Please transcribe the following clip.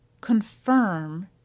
confirm